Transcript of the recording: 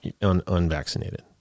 unvaccinated